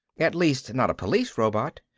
at least not a police robot.